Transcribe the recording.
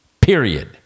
Period